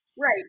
Right